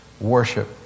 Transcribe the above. worship